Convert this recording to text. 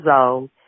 old